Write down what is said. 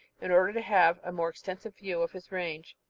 in order to have a more extensive view of his range.